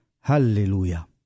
Hallelujah